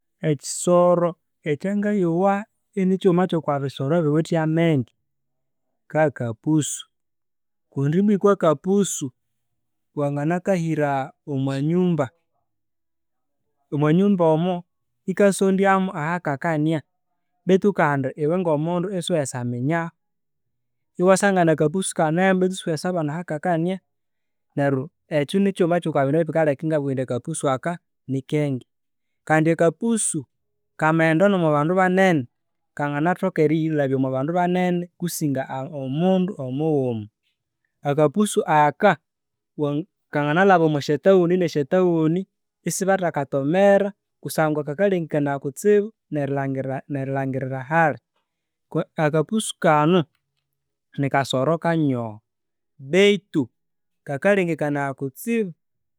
Ekisoro ekya ngayowa ini kighuma kya'kwa bisoro ebighithe amenge, ka- kapusu kundi ibwa iko kapusu wanganakahira omwa nyumba, omwa nyumba omwo, ikasondya ho ahakakania beitu kandi iwe ngo mundu isiwendi syaminyaho. Iwasangana akapusu ikane mo baitu isiwendisyaminya aha kakania neryo ekyo nikighuma kyo kwabindu ibikaleka inga bugha indi akapusu aka ni kenge kandi akapusu aka kamaenda no mwabandu banene, kanganathoka eriyilabya omwa bandu banene kusinga omundu mughuma. Akapusu aka, kangana lhaba omwa syatauni nesya tauni isibatha kathomera kusangwa kakalengekanaya kutsibu nerilhangira nerilhangirira hali. Iko akapusu kanu, ni kasoro kanyoho beitu kakalhengekanaya kutsibu.